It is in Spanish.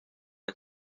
han